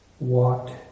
walked